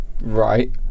Right